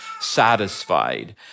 satisfied